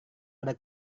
ada